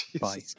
Bye